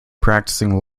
practicing